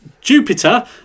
Jupiter